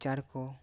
ᱪᱟᱲ ᱠᱚ